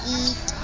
eat